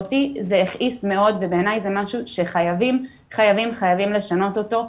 ואותי זה הכעיס מאוד ובעיני זה משהו שחייבים חייבים לשנות אותו,